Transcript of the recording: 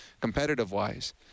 competitive-wise